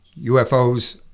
UFOs